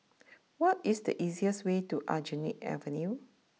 what is the easiest way to Aljunied Avenue